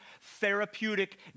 therapeutic